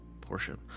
portion